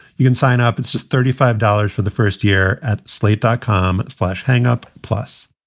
you can sign up. it's just thirty five dollars for the first year at slate dot com. slash hang up. plus